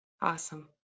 Awesome